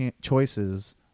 choices